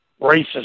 racist